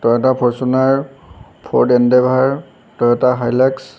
Toyota Fortuner Ford Endeavour Toyota Hilux